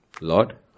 Lord